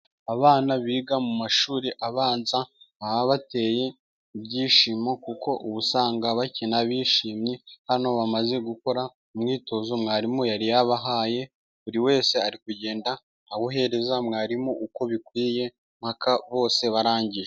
Abana biga mu mashuri abanza baba bateye ibyishimo, kuko ubu usanga bakina bishimye hano bamaze gukora umwitozo mwarimu yari yabahaye, buri wese ari kugenda awuhereza mwarimu uko bikwiye paka bose barangiye.